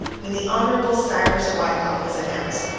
when the hon. cyrus wykoff was announced.